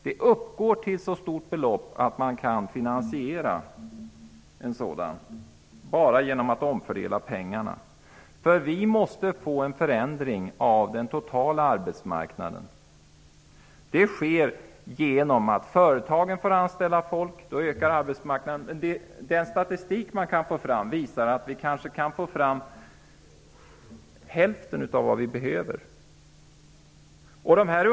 De uppgår till ett så stort belopp att det går att finansiera detta genom att bara omfördela pengarna. Vi måste få en förändring av den totala arbetsmarknaden. Det sker genom att företagen får anställa folk. Då ökar omfattningen av arbetsmarknaden. Den statistik som finns visar att det kanske går att få fram hälften av det antal jobb som behövs.